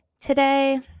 today